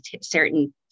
certain